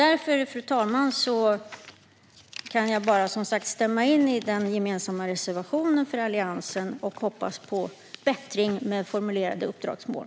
Därför, fru talman, kan jag bara stämma in i den gemensamma reservationen från Alliansen och hoppas på bättring med formulerade uppdragsmål.